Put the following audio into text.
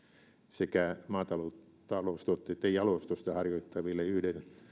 sekä maataloustuotteitten jalostusta harjoittaville yhden